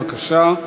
בבקשה.